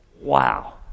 wow